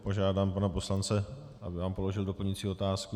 Požádám pana poslance, aby vám položil doplňující otázku.